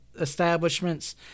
establishments